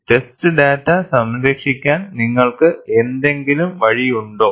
test data സംരക്ഷിക്കാൻ നിങ്ങൾക്ക് എന്തെങ്കിലും വഴിയുണ്ടോ